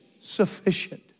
Sufficient